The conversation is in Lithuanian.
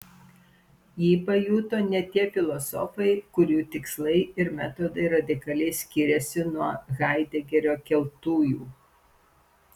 jį pajuto net tie filosofai kurių tikslai ir metodai radikaliai skiriasi nuo haidegerio keltųjų